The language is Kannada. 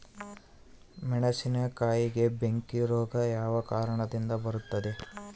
ಮೆಣಸಿನಕಾಯಿಗೆ ಬೆಂಕಿ ರೋಗ ಯಾವ ಕಾರಣದಿಂದ ಬರುತ್ತದೆ?